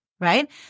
right